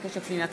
(קוראת בשמות חברי הכנסת)